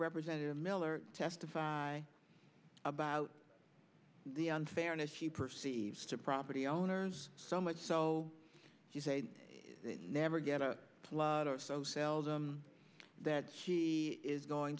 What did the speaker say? representative miller testify about the unfairness she perceives to property owners so much so she's never get a lot of so seldom that she is going